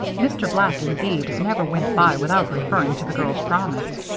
mr. black, indeed, never went by without referring to the girls' promise.